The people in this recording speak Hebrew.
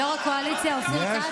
יו"ר הקואליציה אופיר כץ?